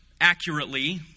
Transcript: accurately